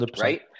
right